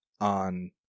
on